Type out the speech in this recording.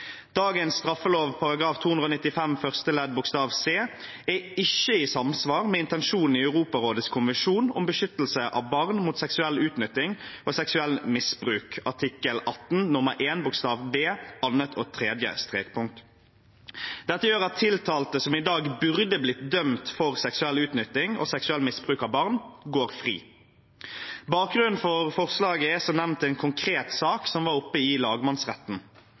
ikke i samsvar med intensjonen i Europarådets konvensjon om beskyttelse av barn mot seksuell utnytting og seksuelt misbruk, Lanzarote-konvensjonen, artikkel 18 nr. 1 bokstav b annet og tredje strekpunkt. Dette gjør at tiltalte som i dag burde blitt dømt for seksuell utnytting og seksuelt misbruk av barn, går fri. Bakgrunnen for forslaget er, som nevnt, en konkret sak som var oppe i lagmannsretten.